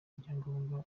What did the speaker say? byangombwa